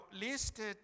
listed